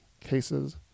cases